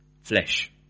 flesh